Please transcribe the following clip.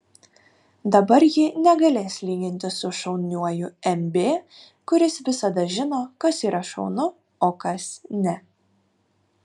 dabar ji negalės lygintis su šauniuoju mb kuris visada žino kas yra šaunu o kas ne